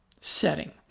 setting